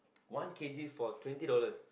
one k_g for twenty dollars